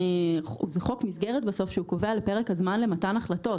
זה חוק מסגרת שהוא קובע פרק זמן למתן החלטות.